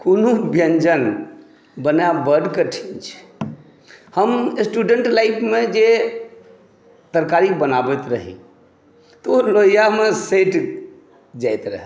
कोनो व्यञ्जन बनाएब बड कठिन छै हम स्टूडेन्ट लाइफमे जे तरकारी बनाबैत रही तऽ ओ लोहिआमे सटि जाइत रहए